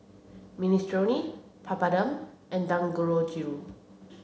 Minestrone Papadum and Dangojiru